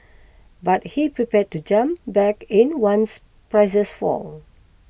but he's prepared to jump back in once prices fall